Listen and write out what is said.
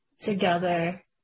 together